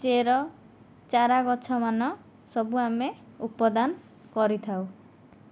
ଚେର ଚାରାଗଛ ମାନ ସବୁ ଆମେ ଉତ୍ପାଦନ କରିଥାଉ